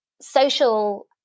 social